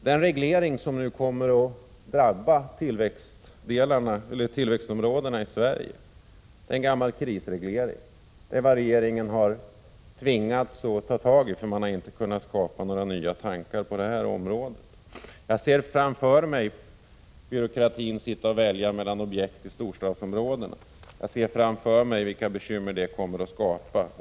Den reglering som nu kommer att drabba tillväxtområdena i Sverige är en gammal krisreglering. Det är vad regeringen har tvingats att ta tagi, eftersom man inte har kunnat skapa några nya tankar på det här området. Jag ser framför mig byråkratin sitta och välja mellan objekt i storstadsområdena. Jag ser framför mig vilka bekymmer det kommer att skapa.